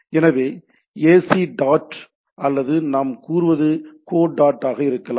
எனவே AC dot அல்லது நாம் கூறுவது கோ டாட் ஆக இருக்கலாம்